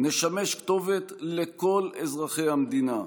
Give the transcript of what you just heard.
נשמש כתובת לכל אזרחי המדינה,